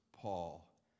Paul